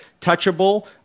touchable